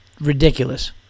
ridiculous